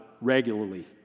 regularly